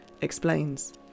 explains